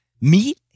Meat